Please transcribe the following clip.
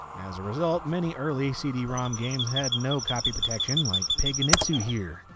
as a result many early cd-rom games had no copy protection like paganitzu here.